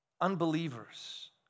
unbelievers